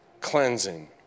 cleansing